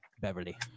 Beverly